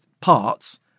parts